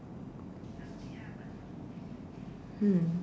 hmm